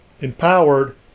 empowered